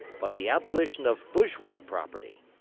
but the abolition of bourgeois property.